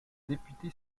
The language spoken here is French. député